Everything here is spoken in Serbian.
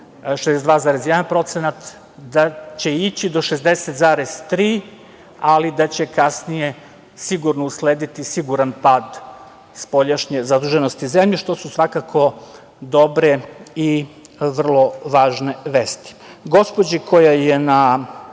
62,1%, da će ići do 60,3%, ali da će kasnije sigurno uslediti siguran pad spoljašnje zaduženosti zemlje, što su svakako dobre i vrlo važne vesti. Gospođi koja je na